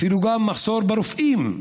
אפילו גם מחסור ברופאים,